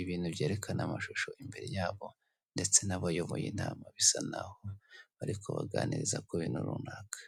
ibintu byerekana amashusho imbere yabo ndetse n'abayoboye inama, bisa n'aho bari kubaganiriza ku bintu runaka.